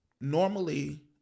Normally